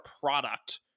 product